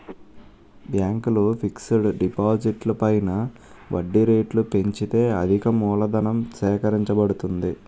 బ్యాంకులు ఫిక్స్ డిపాజిట్లు పైన వడ్డీ రేట్లు పెంచితే అధికమూలధనం సేకరించబడుతుంది